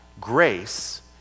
grace